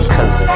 Cause